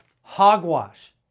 Hogwash